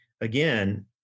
Again